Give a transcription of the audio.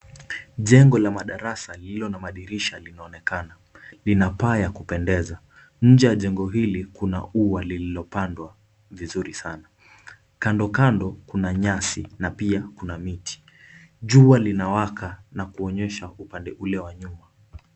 Jengo la madarasa lililo na madirisha linaonekana, lina paa ya kupendeza. Nje ya jengo hili kuna ua lililo pandwa vizuri sana. Kando kando kuna nyasi na pia kuna miti jua linawaka na kuonyesha upande ule wa nyuma.